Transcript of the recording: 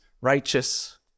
righteous